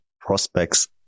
prospects